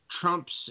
Trump's